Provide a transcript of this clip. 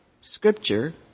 scripture